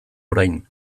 orain